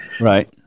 Right